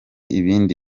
ibindi